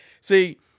see